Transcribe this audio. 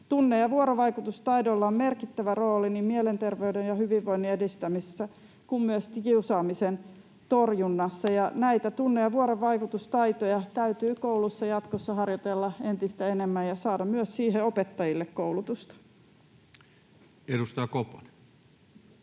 Tunne- ja vuorovaikutustaidoilla on merkittävä rooli niin mielenterveyden ja hyvinvoinnin edistämisessä kuin myöskin kiusaamisen torjunnassa, ja näitä tunne- ja vuorovaikutustaitoja täytyy koulussa jatkossa harjoitella entistä enemmän ja saada myös siihen opettajille koulutusta. [Speech